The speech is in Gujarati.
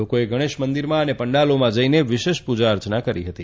લોકોચ્યે ગણેશ મંદિરોમાં અને પંડાલોમાં જઇને વિશેષ પૂજા અર્ચના કરી હતી